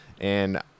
And-